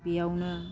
बेयावनो